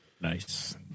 Nice